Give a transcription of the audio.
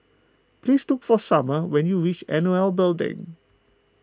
please look for Sumner when you reach N O L Building